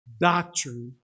doctrine